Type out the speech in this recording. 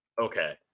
Okay